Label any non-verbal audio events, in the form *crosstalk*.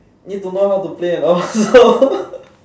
need to know how to play and all *laughs*